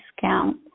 discount